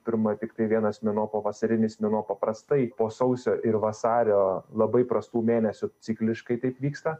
pirma tiktai vienas mėnuo pavasarinis mėnuo paprastai po sausio ir vasario labai prastų mėnesių cikliškai taip vyksta